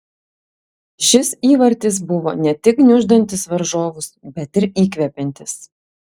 šis įvartis buvo ne tik gniuždantis varžovus bet ir įkvepiantis